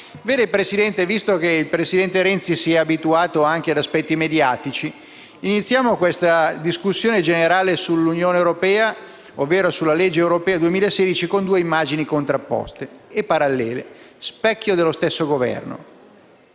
visto che il presidente Renzi si è abituato anche ad aspetti mediatici, iniziamo questa discussione generale sull'Unione europea, ovvero sulla legge europea 2016, con due immagini contrapposte e parallele, specchio dello stesso Governo.